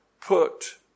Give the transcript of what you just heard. put